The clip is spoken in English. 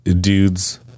dudes